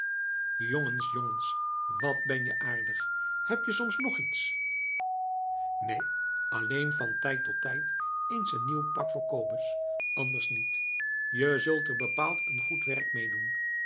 jongens jongens wat ben je aardig heb je soms nog iets neen alleen van tijd tot tijd eens een nieuw pak voor kobus anders niet je zult er bepaald een goed werk